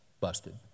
busted